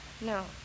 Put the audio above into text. No